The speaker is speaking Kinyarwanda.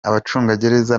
abacungagereza